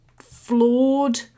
flawed